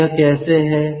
तो यह कैसे है